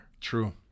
True